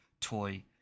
toy